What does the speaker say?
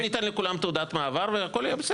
ואני יודע את מספרי העולים כי לא הביאו את